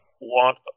want